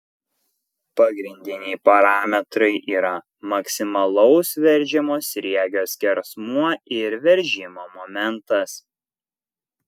pagrindiniai parametrai yra maksimalaus veržiamo sriegio skersmuo ir veržimo momentas